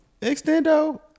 Extendo